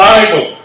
Bible